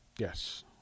Yes